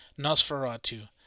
Nosferatu